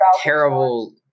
terrible